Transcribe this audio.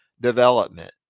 development